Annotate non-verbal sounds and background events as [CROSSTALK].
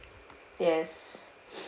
yes [BREATH]